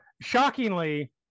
Shockingly